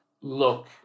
look